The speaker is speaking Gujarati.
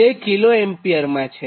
જે કિલોએમ્પિયરમાં છે